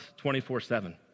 24-7